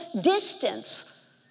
distance